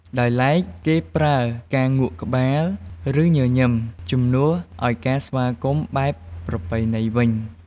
ដោយឡែក គេប្រើការងក់ក្បាល ឬ ញញឹម ជំនួសឲ្យការស្វាគមន៍បែបប្រពៃណីវិញ។